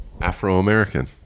Afro-American